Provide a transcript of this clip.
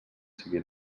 sigui